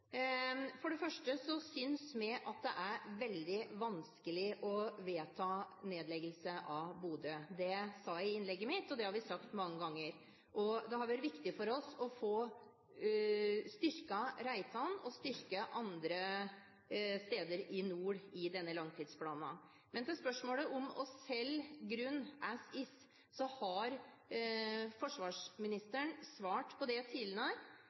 For det første synes vi at det er veldig vanskelig å vedta nedleggelse av Bodø. Det sa jeg i innlegget mitt, og det har vi sagt mange ganger. Derfor har det vært viktig for oss å få styrket Reitan og andre steder i nord i denne langtidsplanen. Til spørsmålet om å selge grunnen «as is» har forsvarsministeren svart på det tidligere